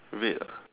red ah